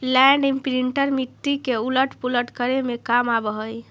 land imprinter मिट्टी के उलट पुलट करे में काम आवऽ हई